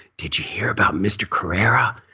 did you hear about mr. carrera.